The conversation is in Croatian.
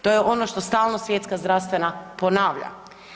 To je ono što stalno Svjetska zdravstvena ponavlja.